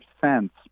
cents